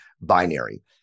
binary